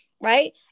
right